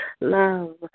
love